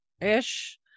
ish